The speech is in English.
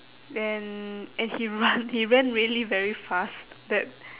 then and he run he ran really very fast that